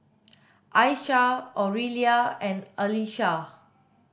Aisha Aurelia and Allyssa